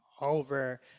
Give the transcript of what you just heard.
over